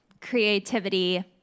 creativity